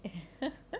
and